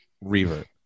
Revert